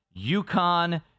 UConn